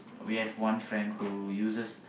we have one friend who uses